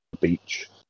beach